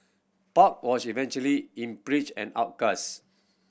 park was eventually impeached and